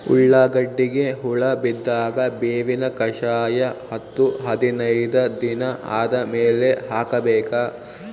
ಉಳ್ಳಾಗಡ್ಡಿಗೆ ಹುಳ ಬಿದ್ದಾಗ ಬೇವಿನ ಕಷಾಯ ಹತ್ತು ಹದಿನೈದ ದಿನ ಆದಮೇಲೆ ಹಾಕಬೇಕ?